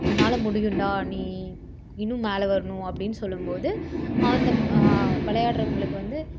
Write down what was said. உன்னால் முடியும்டா நீ இன்னும் மேலே வருணும் அப்படின்னு சொல்லும்போது அந்த விளையாட்றவுங்களுக்கு வந்து